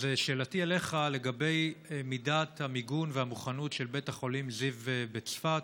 אז שאלתי אליך היא לגבי מידת המיגון והמוכנות של בית החולים זיו בצפת: